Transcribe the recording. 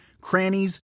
crannies